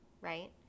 right